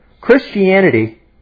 Christianity